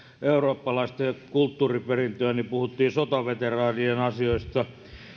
eurooppalaista kulttuuriperintöä niin puhuttiin sotaveteraanien asioista